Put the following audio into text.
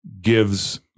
gives